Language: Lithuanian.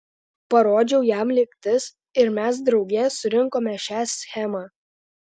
parodžiau jam lygtis ir mes drauge surinkome šią schemą